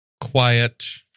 quiet